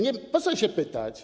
Ale po co się pytać?